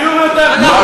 דיור יותר טוב.